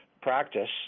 practice